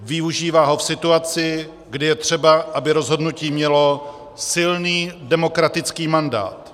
Využívá ho v situaci, kdy je třeba, aby rozhodnutí mělo silný demokratický mandát.